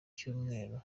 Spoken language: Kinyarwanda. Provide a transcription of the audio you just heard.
cyumweru